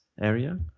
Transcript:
area